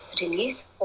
release